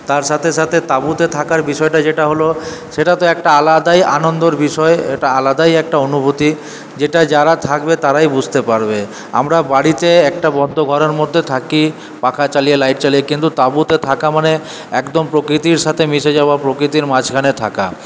তার সাথে সাথে তাঁবুতে থাকার বিষয়টা যেটা হলো সেটা তো একটা আলাদাই আনন্দর বিষয় এটা আলাদাই একটা অনুভূতি যেটা যারা থাকবে তারাই বুঝতে পারবে আমরা বাড়িতে একটা বদ্ধ ঘরের মধ্যে থাকি পাখা চালিয়ে লাইট জ্বালিয়ে কিন্তু তাঁবুতে থাকা মানে একদম প্রকৃতির সাথে মিশে যাওয়া প্রকৃতির মাঝখানে থাকা